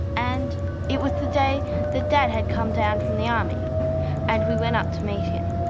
and it was the day that dad had come down from the army and we went up to meet him.